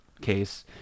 case